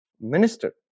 minister